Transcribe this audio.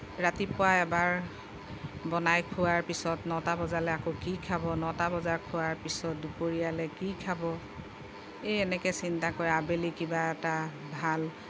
ৰাতিপুৱা এবাৰ বনাই খোৱাৰ পিছত নটা বজালৈ আকৌ কি খাব নটা বজাৰ খোৱাৰ পিছত দুপৰীয়ালৈ কি খাব এই এনেকৈ চিন্তা কৰে আবেলি কিবা এটা ভাল